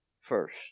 first